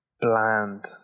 bland